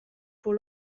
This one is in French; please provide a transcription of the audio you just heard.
pour